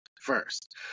first